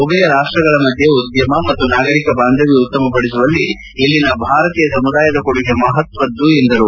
ಎರಡೂ ರಾಷ್ಲಗಳ ಮಧ್ಯೆ ಉದ್ತಮ ಮತ್ತು ನಾಗರಿಕ ಬಾಂಧವ್ಯ ಉತ್ತಮಪಡಿಸುವಲ್ಲಿ ಇಲ್ಲಿನ ಭಾರತೀಯ ಸಮುದಾಯದ ಕೊಡುಗೆ ಮಹತ್ತದ್ದು ಎಂದರು